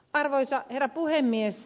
arvoisa herra puhemies